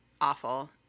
awful